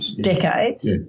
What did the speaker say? decades